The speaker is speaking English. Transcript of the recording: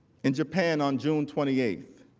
in japan on june twenty eight.